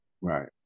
Right